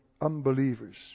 unbelievers